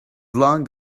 long